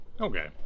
Okay